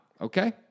Okay